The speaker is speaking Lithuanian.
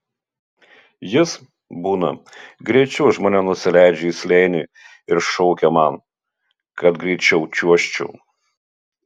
jis būna greičiau už mane nusileidžia į slėnį ir šaukia man kad greičiau čiuožčiau